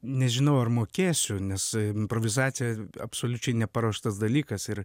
nežinau ar mokėsiu nes improvizacija absoliučiai neparuoštas dalykas ir